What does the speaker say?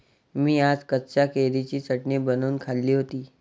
मी आज कच्च्या कैरीची चटणी बनवून खाल्ली होती